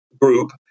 group